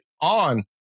on